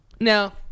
Now